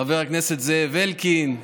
חבר הכנסת זאב אלקין,